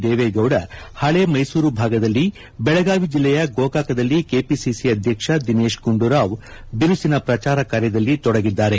ದೇವೇಗೌಡ ಹಳೇ ಮೈಸೂರು ಭಾಗದಲ್ಲಿ ಬೆಳಗಾವಿ ಜಿಲ್ಲೆಯ ಗೋಕಾಕದಲ್ಲಿ ಕೆಪಿಸಿಸಿ ಅಧ್ಯಕ್ಷ ದಿನೇಶ್ ಗುಂಡೂರಾವ್ ಬಿರುಸಿನ ಪ್ರಚಾರ ಕಾರ್ಯದಲ್ಲಿ ತೊಡಗಿದ್ದಾರೆ